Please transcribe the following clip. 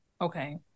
Okay